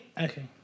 Okay